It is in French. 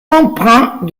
empreint